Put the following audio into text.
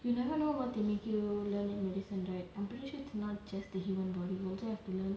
you never know what they make you learn in medicine right I'm pretty sure it's not just the human body you also have to learn